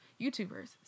YouTubers